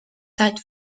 tied